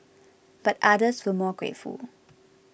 but others were more grateful